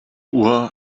uhr